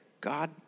God